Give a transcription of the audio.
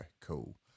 cool